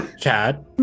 Chad